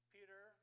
Peter